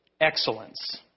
excellence